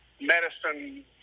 medicine